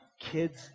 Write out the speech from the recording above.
kids